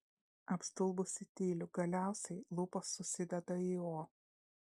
apstulbusi tyliu galiausiai lūpos susideda į o